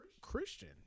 Christian